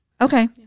Okay